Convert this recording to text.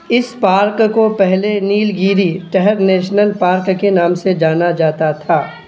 اس park کو پہلے Nilgiri tahr national park کے نام سے جانا جاتا تھا